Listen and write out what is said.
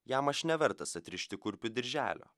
jam aš nevertas atrišti kurpių dirželio